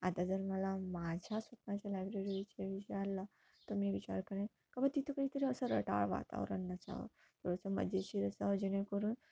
आता जर मला माझ्या स्वप्नाच्या लायब्ररीचे विचारलं तर मी विचार करेल का ब तिथं काहीतरी असं रटाळ वातावरण नसावं थोडंसं मजेशीर असं जेणेकरून